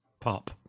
pop